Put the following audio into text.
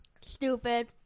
Stupid